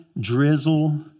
drizzle